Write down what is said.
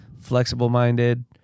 flexible-minded